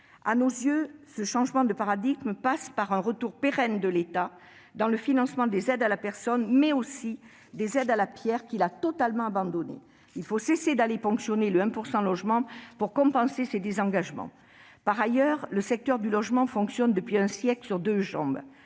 À nos yeux, ce changement de paradigme passe par un retour pérenne de l'État dans le financement des aides à la personne, mais aussi dans celui des aides à la pierre, qu'il a totalement abandonnées. Il faut cesser de ponctionner le 1 % Logement pour compenser ces désengagements. Par ailleurs, le secteur du logement fonctionne depuis un siècle sur deux jambes